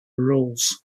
roles